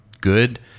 good